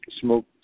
Smoke